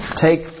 take